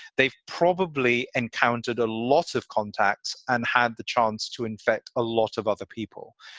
they've probably encountered a lot of contacts and had the chance to infect a lot of other people.